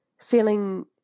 feeling